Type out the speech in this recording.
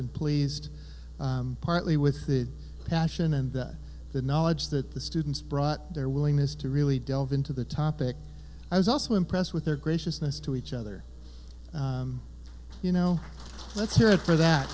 and pleased partly with the passion and the knowledge that the students brought their willingness to really delve into the topic i was also impressed with their graciousness to each other you know let's hear it for that